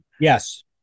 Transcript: Yes